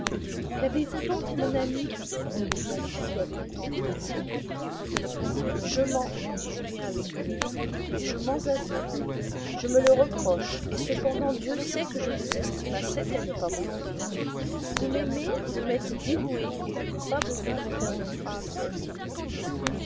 qu'avez-vous donc mon ami lui dit mathilde avec tendresse et inquiétude je mens dit julien avec humeur et je mens à vous je me le reproche et cependant dieu sait que je vous estime assez pour ne pas mentir vous m'aimez vous m'êtes dévouée et je n'ai pas besoin de faire des phrases pour vous plaire